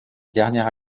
dernière